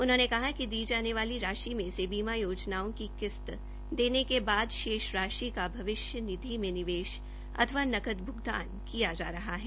उन्होंने कहा कि दी जाने वाली राशि से बीमा योजनाओं की किश्त देने के बाद शेष राशि का भविष्य निधि में निवेश अथवा नकद भ्गतान किया जा रहा है